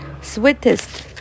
Sweetest